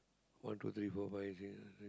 one two three four five six